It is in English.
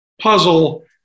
puzzle